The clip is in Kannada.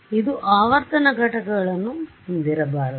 ಇದು ಆವರ್ತನ ಘಟಕಗಳನ್ನು ಹೊಂದಿರಬಾರದು